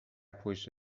پشت